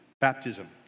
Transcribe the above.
baptism